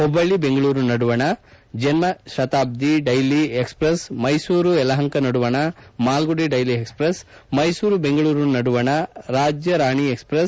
ಹುಬ್ಬಳ್ಳಿ ಬೆಂಗಳೂರು ನಡುವಣದ Janshatabdi daily express Mysuru ಯಲಪಂಕ ನಡುವಣದ ಮಾಲ್ಗಡಿ ಡೈಲಿ ಎಕ್ಸ್ಪ್ರೆಸ್ ಮೈಸೂರು ಬೆಂಗಳೂರು ನಡುವಣದ ರಾಜ್ಯರಾಣಿ ಎಕ್ಸ್ ಪ್ರೆಸ್